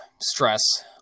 stress